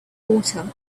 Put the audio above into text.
water